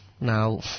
Now